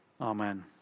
Amen